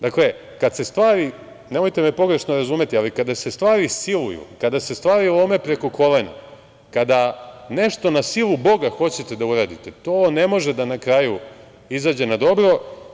Dakle, kada se stvari, nemojte me pogrešno razumeti, ali kada se stvari siluju, kada se stvari lome preko kolena, kada nešto na silu Boga hoćete da uradite, to ne može da na kraju izađe na dobro.